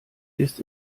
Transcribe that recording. ist